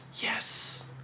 yes